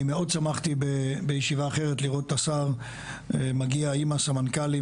אני מאוד שמחתי בישיבה אחרת לראות את השר מגיע עם הסמנכ"לים,